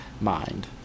mind